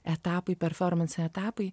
etapai performansai etapai